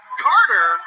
carter